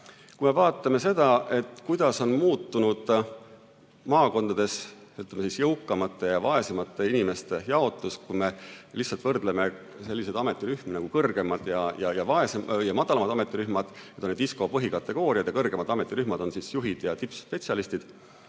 Kui me vaatame seda, kuidas on muutunud maakondades, ütleme, jõukamate ja vaesemate inimeste jaotus, kui me lihtsalt võrdleme selliseid ametirühmi nagu kõrgemad ja madalamad ametirühmad – need on ISCO põhikategooriad, kõrgemad ametirühmad on juhid ja tippspetsialistid